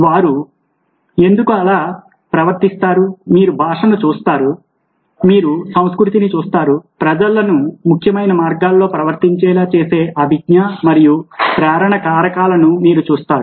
వారు ఎందుకు అలా ప్రవర్తిస్తారు మీరు భాషని చూస్తారు మీరు సంస్కృతిని చూస్తారు ప్రజలను ముఖ్యమైన మార్గాల్లో ప్రవర్తించేలా చేసే అభిజ్ఞా మరియు ప్రేరణ కారకాలను మీరు చూస్తారు